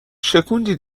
شکوندی